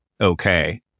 okay